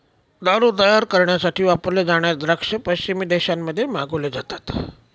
दारू तयार करण्यासाठी वापरले जाणारे द्राक्ष पश्चिमी देशांमध्ये मागवले जातात